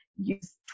Use